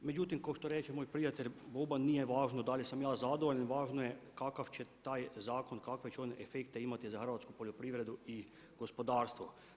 Međutim, kao što reče moj prijatelj Boban, nije važno da li sam ja zadovoljan, važno je kakav će taj zakon, kakve će on efekte imati za hrvatsku poljoprivredu i gospodarstvo.